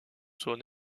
son